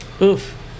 Oof